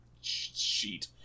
sheet